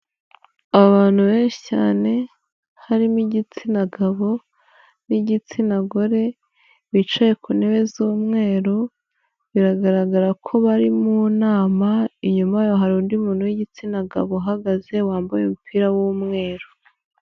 Abantu benshi cyane, harimo igitsina gabo n'igitsina gore, bicaye ku ntebe z'umweru, biragaragara ko bari mu nama, inyuma hari undi muntu w'igitsina gabo uhagaze wambaye umupira w'umweru.